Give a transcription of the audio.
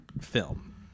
film